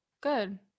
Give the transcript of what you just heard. Good